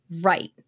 right